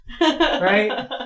right